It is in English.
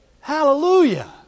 Hallelujah